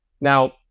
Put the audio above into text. Now